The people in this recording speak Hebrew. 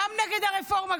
גם נגד הרפורמה,